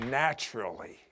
naturally